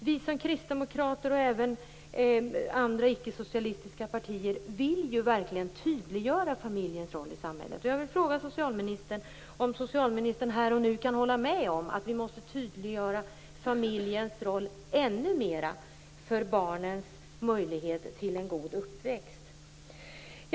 Vissa kristdemokrater och även andra icke-socialistiska partier vill verkligen tydliggöra familjens roll i samhället. Jag vill fråga socialministern: Kan socialministern här och nu hålla med om att vi måste tydliggöra familjens roll ännu mera för barnens möjligheter till en god uppväxt?